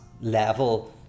level